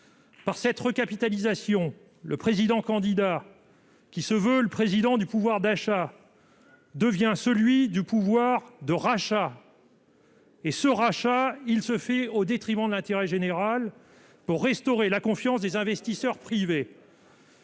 par cette recapitalisation, le président-candidat qui se veut le président du pouvoir d'achat devient celui du pouvoir de rachat. Et ce rachat, il se fait au détriment de l'intérêt général pour restaurer la confiance des investisseurs privés.